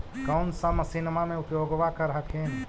कौन सा मसिन्मा मे उपयोग्बा कर हखिन?